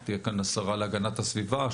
תהיה כאן השרה להגנת הסביבה.